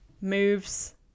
moves